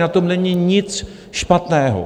Na tom není nic špatného.